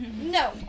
No